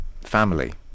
family